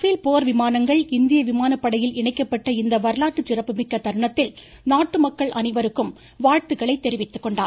பேல் போர் விமானங்கள் இந்திய விமானப்படையில் இணைக்கப்பட்ட இந்த வரலாற்று சிறப்புமிக்க தருணத்தில் நாட்டு மக்கள் அனைவருக்கும் வாழ்த்துக்களை தெரிவித்துக்கொண்டுள்ளார்